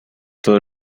todo